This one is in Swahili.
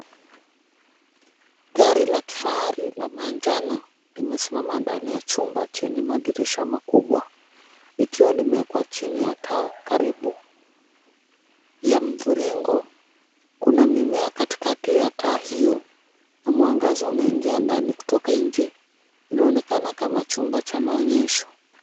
Gari la kifahari la manjano limesimama ndani ya chumba chenye madirisha makubwa likiwa limewekwa chini ya taa .Karibu ya mviringo, kuna mimea katikati ya taa hiyo na mwangaza unaingia ndani kutoka nje. Inaonekana kama chumba cha maonyesho.